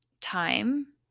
time